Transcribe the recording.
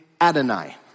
Adonai